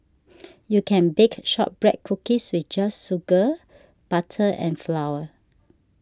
you can bake Shortbread Cookies with just sugar butter and flour